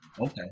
Okay